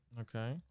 Okay